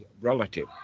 relative